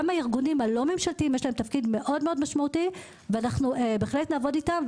הארגונים הלא ממשלתיים יש להם תפקידים מאוד חשובים ואנחנו נעבוד איתם,